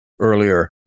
earlier